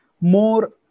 more